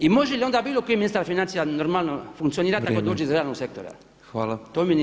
I može li onda bilo koji ministar financija normalno funkcionirati ako dođe iz realnog sektora? [[Upadica predsjednik: Vrijeme.]] To mi nije jasno.